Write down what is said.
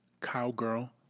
Cowgirl